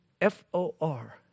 F-O-R